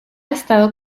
estado